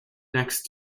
next